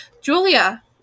Julia